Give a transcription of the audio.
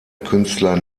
künstler